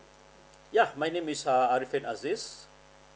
yeah my name is uh arifin azis